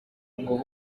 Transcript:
ngo